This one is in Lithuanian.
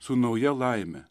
su nauja laime